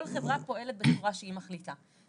כל חברה פועלת בצורה שהיא מחליטה.